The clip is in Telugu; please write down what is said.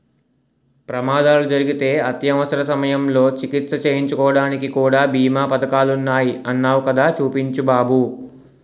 ప్రమాదాలు జరిగితే అత్యవసర సమయంలో చికిత్స చేయించుకోడానికి కూడా బీమా పదకాలున్నాయ్ అన్నావ్ కదా చూపించు బాబు